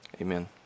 Amen